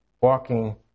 walking